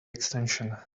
extension